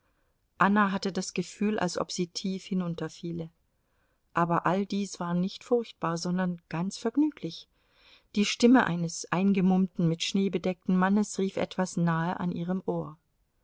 anna hatte das gefühl als ob sie tief hinunterfiele aber all dies war nicht furchtbar sondern ganz vergnüglich die stimme eines eingemummten mit schnee bedeckten mannes rief etwas nahe an ihrem ohr